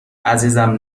عزیزم